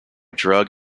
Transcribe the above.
drug